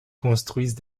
construisent